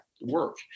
work